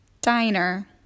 DINER